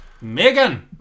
Megan